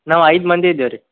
ನಾವು ಐದು ಮಂದಿ ಇದ್ದೇವೆ ರೀ